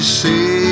say